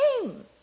name